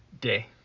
day